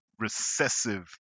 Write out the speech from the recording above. recessive